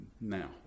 now